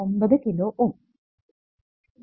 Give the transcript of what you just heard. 9 kilo Ω